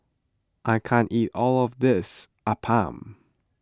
I can't eat all of this Appam